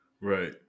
Right